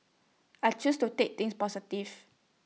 I choose to take things positive